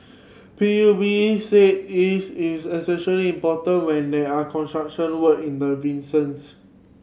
P U B said this is especially important when there are construction work in the